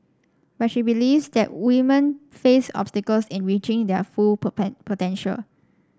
but she believes that woman face obstacles in reaching their full potential